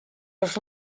els